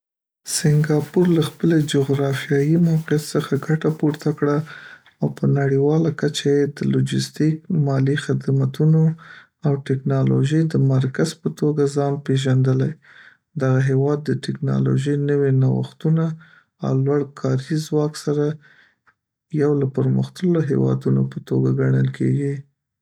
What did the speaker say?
سنګاپور له خپلې جغرافیایي موقعیت څخه ګټه پورته کړه او په نړیواله کچه یې د لوژیستیک، مالي خدمتونو، او ټیکنالوژۍ د مرکز په توګه ځان پیژندلی. دغه هېواد د ټیکنالوژۍ نوې نوښتونه او لوړ کاري ځواک سره یو له پرمختللو هېوادونو په توګه ګڼل کېږي.